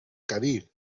candil